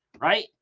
right